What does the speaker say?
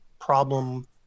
problem